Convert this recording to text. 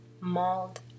Mauled